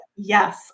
Yes